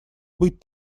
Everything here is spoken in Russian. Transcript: быть